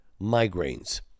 migraines